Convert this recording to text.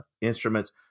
instruments